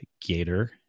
Gator